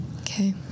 okay